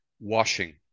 Washing